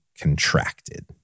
contracted